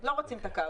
הם לא רוצים את הקו.